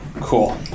Cool